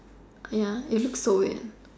ya it looks so weird